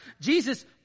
Jesus